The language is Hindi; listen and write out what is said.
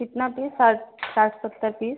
कितना पीस साठ साठ सत्तर पीस